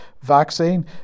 vaccine